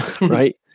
right